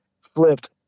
flipped